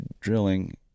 drilling